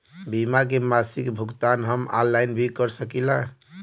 बीमा के मासिक भुगतान हम ऑनलाइन भी कर सकीला?